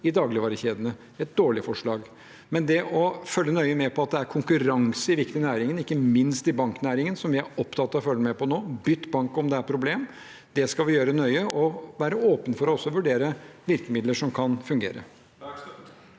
i dagligvarekjedene. Det er altså et dårlig forslag. Men det å følge nøye med på at det er konkurranse i viktige næringer, ikke minst i banknæringen, som vi er opptatt av å følge med på – bytt bank om det er problemer – det skal vi gjøre, og å være åpne for å vurdere virkemidler som kan fungere.